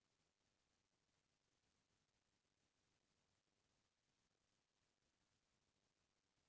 गोबर ले ही सरकार ह खातू बनाके ओला बेचे के काम करत हवय